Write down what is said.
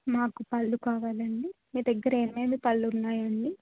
మాకు పళ్ళు కావాలండి మీదగ్గర ఏమేమి పళ్ళు ఉన్నాయండి